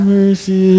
mercy